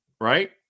Right